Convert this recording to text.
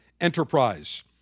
enterprise